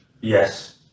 Yes